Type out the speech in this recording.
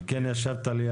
כמה